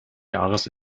jahres